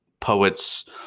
poets